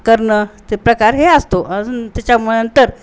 करणं ते प्रकार हे असतो अजून त्याच्यामुळे तर